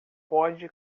pode